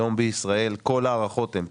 היום בישראל כל ההערכות הן,